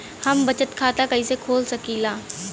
हम बचत खाता कईसे खोल सकिला?